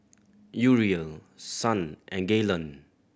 Uriel Son and Gaylon